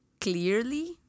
clearly